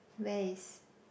where is